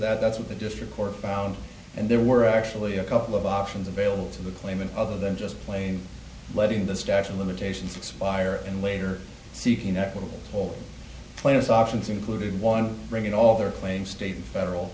that that's what the district court found and there were actually a couple of options available to the claimant other than just plain letting the statute of limitations expire and later seeking an equitable whole plan softens included one bringing all their claims state and federal